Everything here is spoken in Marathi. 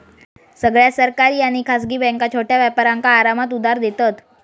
सगळ्या सरकारी आणि खासगी बॅन्का छोट्या व्यापारांका आरामात उधार देतत